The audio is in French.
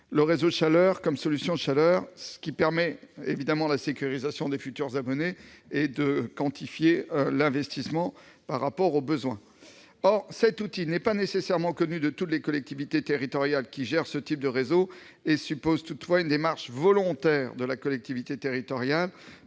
le réseau de chaleur comme solution de chaleur. Il permet également la sécurisation des futurs abonnés et la quantification de l'investissement par rapport aux besoins. Or cet outil n'est pas nécessairement connu de toutes les collectivités territoriales qui gèrent ce type de réseau et suppose une démarche volontaire de la collectivité territoriale